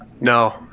No